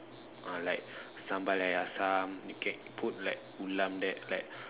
uh like sambal air asam you can put like ulam that like